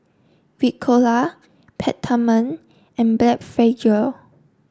Ricola Peptamen and Blephagel